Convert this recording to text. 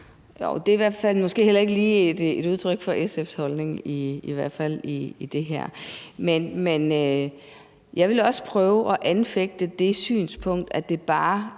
Det er måske heller ikke lige et udtryk for SF's holdning, i hvert fald i det her. Men jeg vil også prøve at anfægte det synspunkt, at det bare i